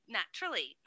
naturally